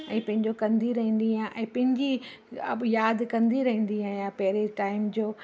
ऐं पंहिंजो कंदी रहंदी आहियां ऐं पंहिंजी अब याद कंदी रहंदी आहियां पहिरें टाइम जो